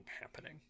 happening